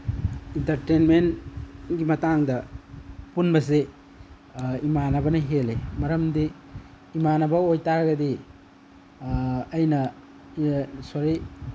ꯏꯟꯇꯔꯇꯦꯟꯃꯦꯟꯒꯤ ꯃꯇꯥꯡꯗ ꯄꯨꯟꯕꯁꯤ ꯏꯃꯥꯟꯅꯕꯅ ꯍꯦꯜꯂꯤ ꯃꯔꯝꯗꯤ ꯏꯃꯥꯟꯅꯕ ꯑꯣꯏꯇꯔꯥꯒꯗꯤ ꯑꯩꯅ ꯁꯣꯔꯤ